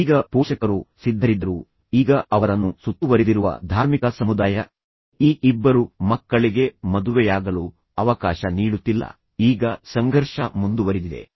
ಈಗ ಪೋಷಕರು ಸಿದ್ಧರಿದ್ದರೂ ಈಗ ಅವರನ್ನು ಸುತ್ತುವರೆದಿರುವ ಧಾರ್ಮಿಕ ಸಮುದಾಯ ಈ ಇಬ್ಬರು ಮಕ್ಕಳಿಗೆ ಮದುವೆಯಾಗಲು ಅವಕಾಶ ನೀಡುತ್ತಿಲ್ಲ ಈಗ ಸಂಘರ್ಷ ಮುಂದುವರಿದಿದೆ